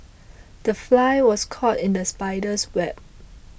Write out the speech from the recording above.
the fly was caught in the spider's web